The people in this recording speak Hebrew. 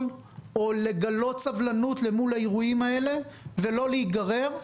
או לגלות סבלנות למול האירועים האלה ולא להיגרר.